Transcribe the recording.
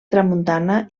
tramuntana